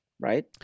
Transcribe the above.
Right